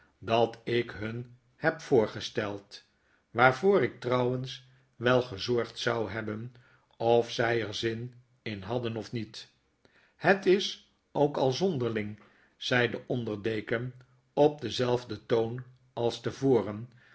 dat ik hun heb voorgesteld waarvoor iktrouwens wel gezorgd zou hebben of zy er zin in hadden of niet het is ook al zonderling zei de onderdeken op denzelfden toon als te